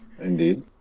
Indeed